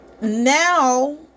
now